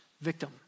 victim